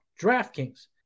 DraftKings